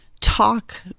talk